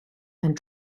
and